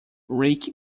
rick